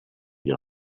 your